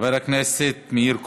חבר הכנסת מאיר כהן.